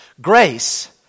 Grace